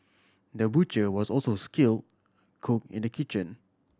the butcher was also skill cook in the kitchen